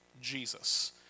Jesus